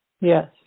Yes